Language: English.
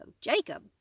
Jacob